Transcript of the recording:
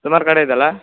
ಸುಮಾರು ಕಡೆ ಇದೆಯಲ